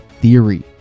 theory